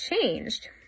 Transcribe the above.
changed